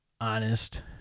honest